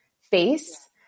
face